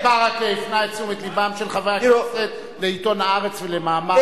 חבר הכנסת ברכה הפנה את תשומת לבם של חברי הכנסת לעיתון "הארץ" ולמאמר,